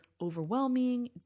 overwhelming